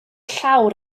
llawr